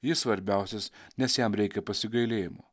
jis svarbiausias nes jam reikia pasigailėjimo